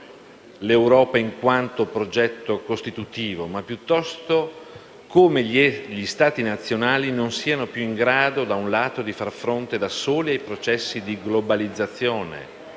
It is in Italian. l'Europa, in quanto progetto costitutivo, ma piuttosto gli Stati nazionali, che non sono in grado, da un lato, di far fronte da soli ai processi di globalizzazione,